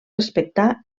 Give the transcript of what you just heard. respectar